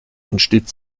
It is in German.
entsteht